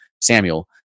Samuel